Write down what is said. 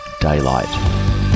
daylight